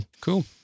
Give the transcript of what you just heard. Cool